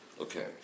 Okay